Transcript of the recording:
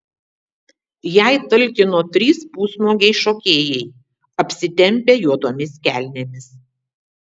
jai talkino trys pusnuogiai šokėjai apsitempę juodomis kelnėmis